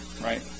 right